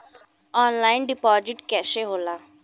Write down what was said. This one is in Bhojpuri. ऑनलाइन डिपाजिट कैसे होला?